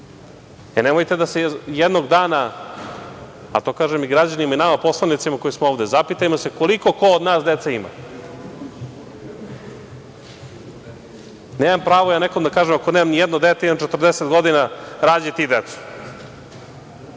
danas. Nemojte da se jednog dana, a to kažem i građanima i nama poslanicima ovde, zapitajmo se koliko ko od nas dece ima. Nemam pravo ja nekom da kažem ako nemam ni jedno dete, imam 40 godina, rađaj ti decu.